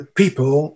people